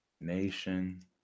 nation